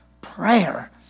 prayer